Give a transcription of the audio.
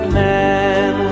man